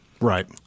Right